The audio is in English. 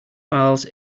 files